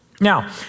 Now